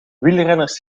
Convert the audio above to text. wielrenners